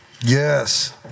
yes